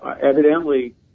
evidently